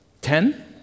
Ten